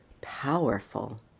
powerful